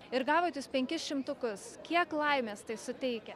ir gavot jūs penkis šimtukus kiek laimės tai suteikia